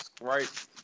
Right